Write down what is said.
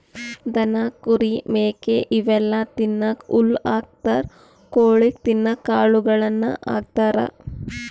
ದನ ಕುರಿ ಮೇಕೆ ಇವೆಲ್ಲಾ ತಿನ್ನಕ್ಕ್ ಹುಲ್ಲ್ ಹಾಕ್ತಾರ್ ಕೊಳಿಗ್ ತಿನ್ನಕ್ಕ್ ಕಾಳುಗಳನ್ನ ಹಾಕ್ತಾರ